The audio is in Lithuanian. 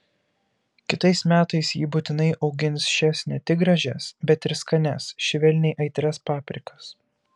kitais metais ji būtinai augins šias ne tik gražias bet ir skanias švelniai aitrias paprikas